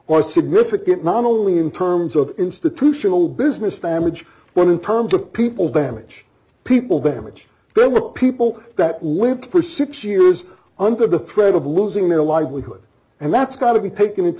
or significant not only in terms of institutional business damage one in terms of people damage people bam which there were people that lived for six years under the threat of losing their livelihood and that's got to be taken into